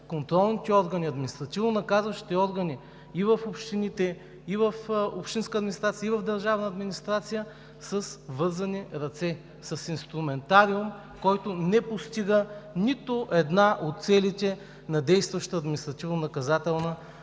контролните органи, административнонаказващите органи в общините, в общинската администрация и в държавната администрация с вързани ръце, с инструментариум, който не постига нито една от целите на действащата административнонаказателна